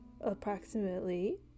approximately